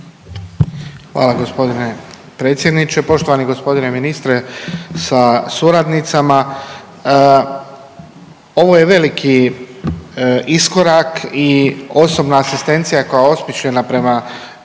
Hvala g. predsjedniče, poštovani g. ministre sa suradnicama. Ovo je veliki iskorak i osobna asistencija koja je osmišljena prema